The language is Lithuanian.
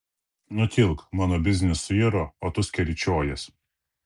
nutilk mano biznis suiro o tu skeryčiojies